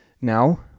Now